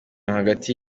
hagati